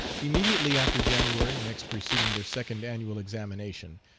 immediately after january next preceding their second annual examination,